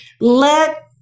let